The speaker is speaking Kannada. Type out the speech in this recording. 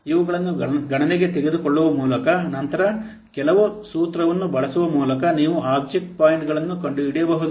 ಇವುಗಳನ್ನು ಗಣನೆಗೆ ತೆಗೆದುಕೊಳ್ಳುವ ಮೂಲಕ ನಂತರ ಕೆಲವು ಸೂತ್ರವನ್ನು ಬಳಸುವ ಮೂಲಕ ನೀವು ಆಬ್ಜೆಕ್ಟ್ ಪಾಯಿಂಟ್ಗಳನ್ನು ಕಂಡುಹಿಡಿಯಬಹುದು